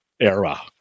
era